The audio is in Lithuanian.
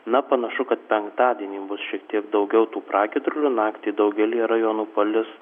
na panašu kad penktadienį bus šiek tiek daugiau tų pragiedrulių naktį daugelyje rajonų palis